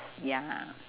ya lah